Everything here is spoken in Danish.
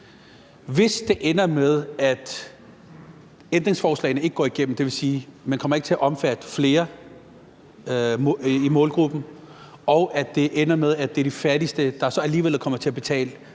Hvis det ender med, at ændringsforslagene ikke går igennem – det vil sige, at målgruppen ikke kommer til at omfatte flere, og at det ender med, at det er de fattigste, der så alligevel kommer til at betale